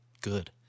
good